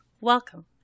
welcome